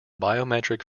biometric